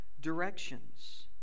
directions